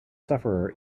sufferer